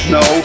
no